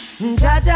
Jaja